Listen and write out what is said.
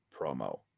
promo